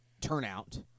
turnout